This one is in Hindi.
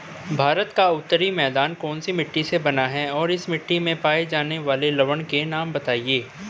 भारत का उत्तरी मैदान कौनसी मिट्टी से बना है और इस मिट्टी में पाए जाने वाले लवण के नाम बताइए?